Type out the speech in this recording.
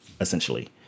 essentially